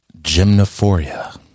gymnophoria